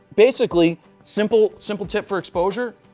basically simple simple tip for exposure.